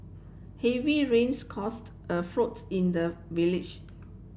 heavy rains caused a floods in the village